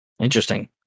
Interesting